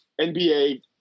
NBA